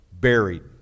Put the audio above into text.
buried